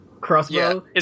crossbow